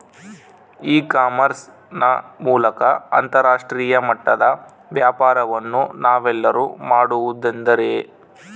E commerce ನ ಮೂಲಕ ಅಂತರಾಷ್ಟ್ರೇಯ ಮಟ್ಟದ ವ್ಯಾಪಾರವನ್ನು ನಾವೆಲ್ಲರೂ ಮಾಡುವುದೆಂದರೆ?